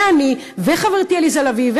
ואני וחברתי עליזה לביא,